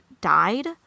died